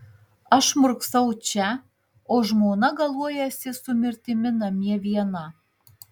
aš murksau čia o žmona galuojasi su mirtimi namie viena